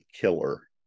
killer